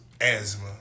asthma